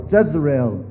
Jezreel